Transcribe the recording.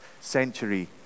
century